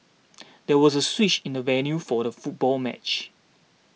there was a switch in the venue for the football match